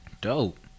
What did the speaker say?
Dope